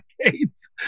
decades